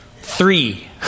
three